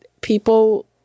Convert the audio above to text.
people